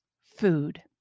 food